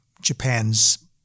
Japan's